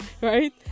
right